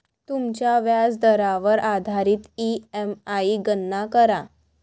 तुमच्या व्याजदरावर आधारित ई.एम.आई गणना करा